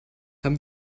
haben